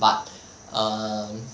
but err